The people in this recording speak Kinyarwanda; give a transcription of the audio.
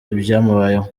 ibyamubayeho